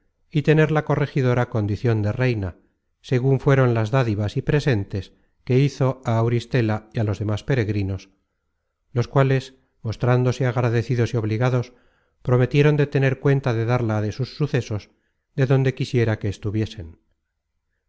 y tener la corregidora condicion de reina segun fueron las dádivas y presentes que hizo á auristela y á los demas peregrinos los cuales mostrándose agradecidos y obligados prometieron de tener cuenta de darla de sus sucesos de donde quiera que estuviesen